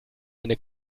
eine